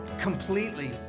completely